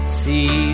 see